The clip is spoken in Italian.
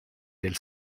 del